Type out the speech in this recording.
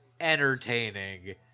entertaining